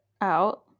out